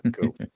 cool